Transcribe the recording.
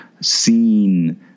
seen